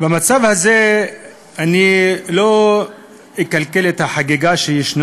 במצב הזה אני לא אקלקל את החגיגה שיש,